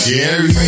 Jerry